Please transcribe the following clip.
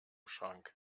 schrank